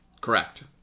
Correct